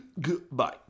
goodbye